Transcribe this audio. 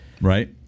right